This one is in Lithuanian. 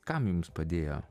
kam jums padėjo